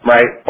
Right